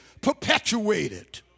perpetuated